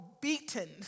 beaten